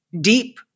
deep